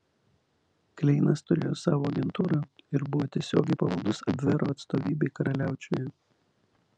kleinas turėjo savo agentūrą ir buvo tiesiogiai pavaldus abvero atstovybei karaliaučiuje